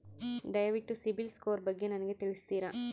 ದಯವಿಟ್ಟು ಸಿಬಿಲ್ ಸ್ಕೋರ್ ಬಗ್ಗೆ ನನಗೆ ತಿಳಿಸ್ತೀರಾ?